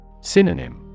Synonym